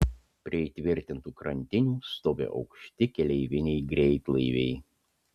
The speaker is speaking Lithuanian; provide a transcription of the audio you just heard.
prie įtvirtintų krantinių stovi aukšti keleiviniai greitlaiviai